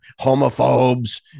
homophobes